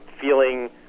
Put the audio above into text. feeling